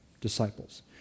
disciples